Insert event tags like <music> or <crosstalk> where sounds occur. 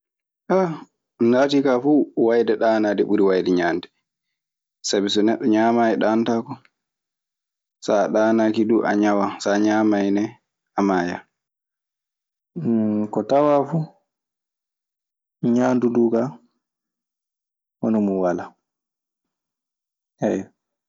<hesitation> no laati kaa fuu wayde ɗaanaade ɓuri wayde ñaande. Sabi so neɗɗo ñaamaayi ɗaanotaako so a ɗaanaaki du a a ñawan. So a ñaamaayi ne a maayan. <hesitation> Ko tawaa fu, ñaandu duu kaa hono mun walaa. <hesitation>